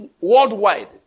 worldwide